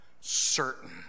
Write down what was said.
certain